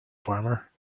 farmer